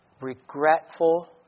regretful